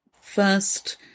first